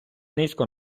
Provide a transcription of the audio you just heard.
низько